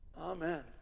Amen